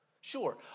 Sure